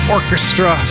Orchestra